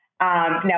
Now